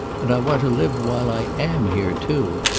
and i want to live while i am here too.